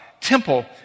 temple